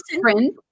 friend